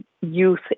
youth